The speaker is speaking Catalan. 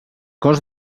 cos